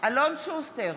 אלון שוסטר,